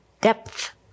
depth